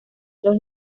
los